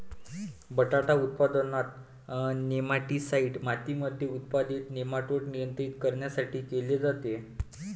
बटाटा उत्पादनात, नेमाटीसाईड मातीमध्ये उत्पादित नेमाटोड नियंत्रित करण्यासाठी केले जाते